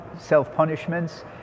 self-punishments